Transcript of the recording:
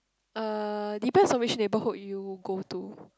uh depends on which neighbourhood you go to